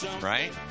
right